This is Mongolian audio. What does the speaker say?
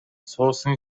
суусан